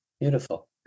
beautiful